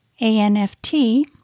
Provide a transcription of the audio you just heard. ANFT